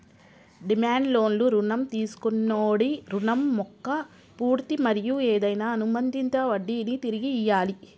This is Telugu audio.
డిమాండ్ లోన్లు రుణం తీసుకొన్నోడి రుణం మొక్క పూర్తి మరియు ఏదైనా అనుబందిత వడ్డినీ తిరిగి ఇయ్యాలి